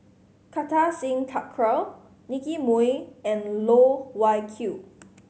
Kartar Singh Thakral Nicky Moey and Loh Wai Kiew